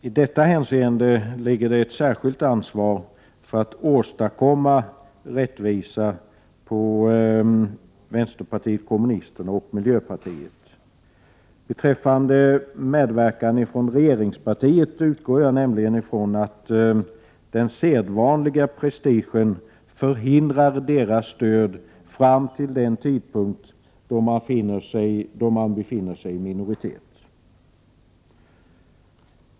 I det hänseendet ligger det ett särskilt ansvar på vpk och miljöpartiet för att åstadkomma rättvisa. Beträffande medverkan från regeringspartiet utgår jag nämligen från att den sedvanliga prestigen hindrar regeringspartiets stöd fram till den tidpunkt då det befinner sig i minoritet.